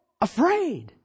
afraid